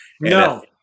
No